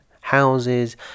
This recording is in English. houses